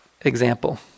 example